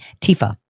TIFA